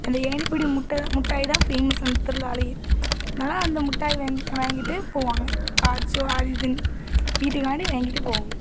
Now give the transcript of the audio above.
அந்த ஏணிப்படி மிட்டாய் மிட்டாய் தான் ஃபேமஸ்ஸு அந்த திருவிழாலலேயே அதனால் அந்த மிட்டாய் வாங்கி வாங்கிட்டு போவாங்க கார்ட்ஸோ அது இதுன்னு வீட்டுக்காண்டி வாங்கிகிட்டு போவாங்க